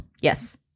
Yes